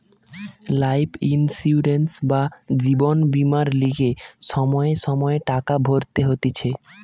life insurance বা জীবন বীমার লিগে সময়ে সময়ে টাকা ভরতে হতিছে